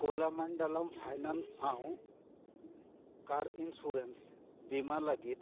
ᱠᱳᱞᱟᱢᱟᱱᱰᱟᱞᱟᱢ finance ᱥᱟᱶ car insurance ᱵᱤᱢᱟ ᱞᱟᱹᱜᱤᱫ